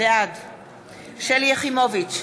בעד שלי יחימוביץ,